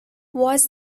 was